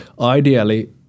Ideally